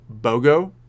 BOGO